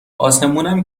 اسمونم